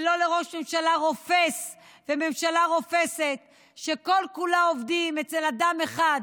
ולא לראש ממשלה רופס וממשלה רופסת שכל-כולה עובדים אצל אדם אחד